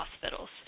hospitals